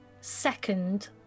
Second